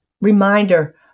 reminder